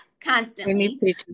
constantly